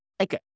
Okay